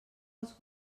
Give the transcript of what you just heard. als